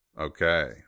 okay